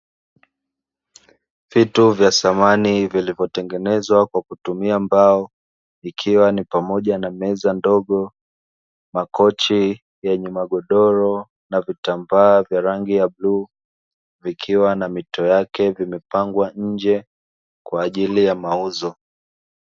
Vitu vya samani vilivotengenezwa kwa kutumia mbao vikiwa ni pamoja na meza ndogo, makochi yenye magodoro na vitambaa vya rangi ya bluu. Vikiwa na mito yake vimepangwa nje kwa ajili ya mauzo.